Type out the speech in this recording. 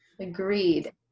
Agreed